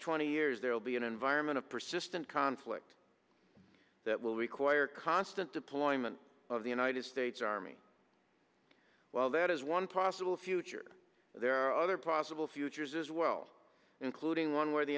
twenty years there will be an environment of persistent conflict that will require constant deployment of the united states army while that is one possible future there are other possible futures as well including one w